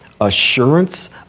assurance